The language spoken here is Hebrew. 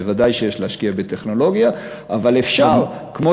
ודאי שיש להשקיע בטכנולוגיה, אבל אפשר, כמו